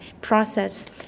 process